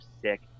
sick